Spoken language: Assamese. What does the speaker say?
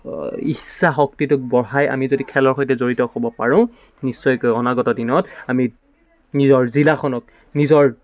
ইচ্ছা শক্তিটোক বঢ়াই আমি যদি খেলৰ সৈতে জড়িত হ'ব পাৰোঁ নিশ্চয়কৈ অনাগত দিনত আমি নিজৰ জিলাখনক নিজৰ